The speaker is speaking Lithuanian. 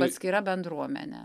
atskira bendruomenė